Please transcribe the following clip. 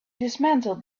dismantled